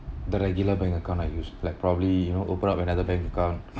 the regular bank account I use like probably you know open up another bank account